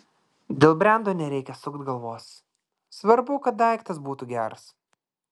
dėl brendo nereikia sukt galvos svarbu kad daiktas būtų geras